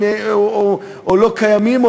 או לא קיימים,